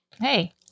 hey